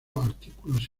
artículos